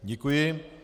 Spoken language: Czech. Děkuji.